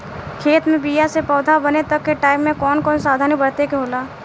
खेत मे बीया से पौधा बने तक के टाइम मे कौन कौन सावधानी बरते के होला?